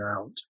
out